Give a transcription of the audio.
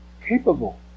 capable